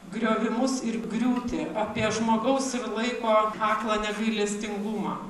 griovimus ir griūtį apie žmogaus ir laiko aklą negailestingumą